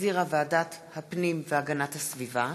שהחזירה ועדת הפנים והגנת הסביבה.